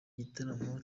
gitaramo